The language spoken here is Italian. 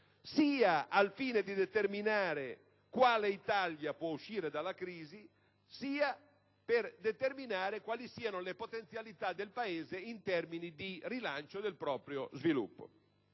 sia al fine di determinare quale Italia può uscire dalla crisi sia per determinare quali siano le potenzialità del Paese in termini di rilancio del proprio sviluppo.